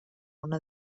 una